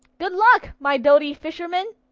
good luck, my doughty fisherman,